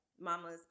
mamas